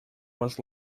was